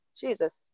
Jesus